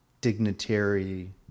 dignitary